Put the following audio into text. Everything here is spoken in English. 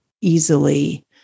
easily